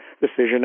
decision